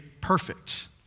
perfect